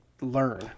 learn